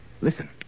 Listen